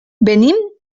venim